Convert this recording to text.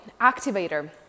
activator